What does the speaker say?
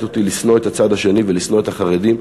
אותי לשנוא את הצד השני ולשנוא את החרדים,